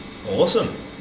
Awesome